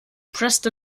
pressed